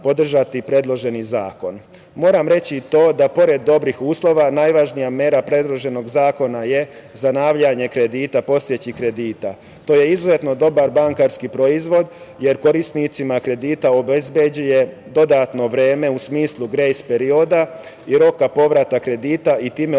podržati predloženi zakon. Moram reći i to da pored dobrih uslova, najvažnija mera predloženog zakona je zanavljanje kredita, postojećih kredita. To je izuzetno dobar bankarski proizvod, jer korisnicima kredita obezbeđuje dodatno vreme u smislu grejs perioda i roka povratka kredita i time obezbeđuje